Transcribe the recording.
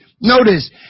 notice